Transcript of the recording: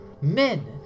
men